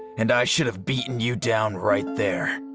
and i should have beaten you down right there.